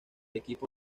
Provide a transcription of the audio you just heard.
equipo